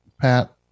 pat